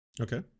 Okay